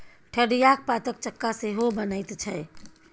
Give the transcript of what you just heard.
ठढियाक पातक चक्का सेहो बनैत छै